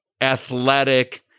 athletic